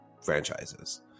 franchises